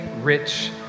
rich